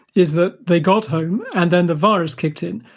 is that they got home and then the virus kicked in.